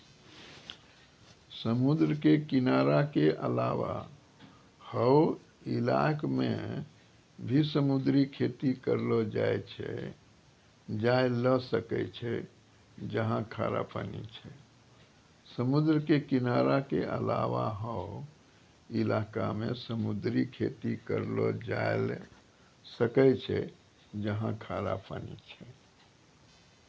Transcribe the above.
समुद्र के किनारा के अलावा हौ इलाक मॅ भी समुद्री खेती करलो जाय ल सकै छै जहाँ खारा पानी छै